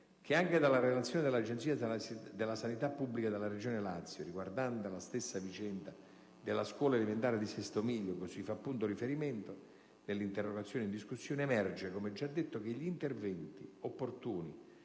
che anche dalla relazione dell'agenzia di sanità pubblica della regione Lazio, riguardante la stessa vicenda della scuola elementare di Sesto Miglio, cui si fa appunto riferimento nell'interrogazione in discussione, emerge, come già detto, che gli interventi opportuni